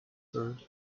bird